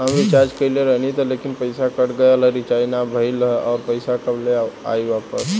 हम रीचार्ज कईले रहनी ह लेकिन पईसा कट गएल ह रीचार्ज ना भइल ह और पईसा कब ले आईवापस?